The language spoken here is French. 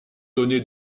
donné